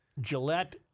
Gillette